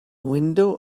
window